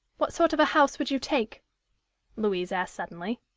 what sort of a house would you take louise asked suddenly.